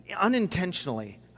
unintentionally